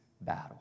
battle